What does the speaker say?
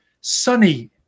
sunny